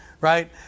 right